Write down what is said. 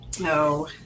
No